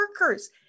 workers